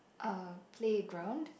a playground